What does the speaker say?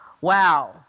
Wow